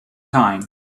time